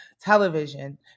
television